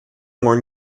more